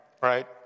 Right